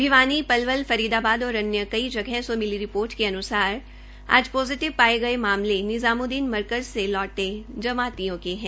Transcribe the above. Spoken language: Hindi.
भिवानी पलवल फरीदाबाद और अन्य कई जगहों से मिली रिपोर्ट के अनुसार आज पॉजिटिव पाए गए मामले निजामुद्दीन मरकज से लौटे जमातियों के हैं